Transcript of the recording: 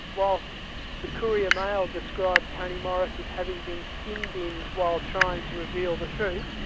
while the courier mail described tony morris as having been sin-binned while trying to reveal the truth,